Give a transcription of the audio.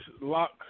lock